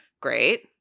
Great